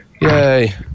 yay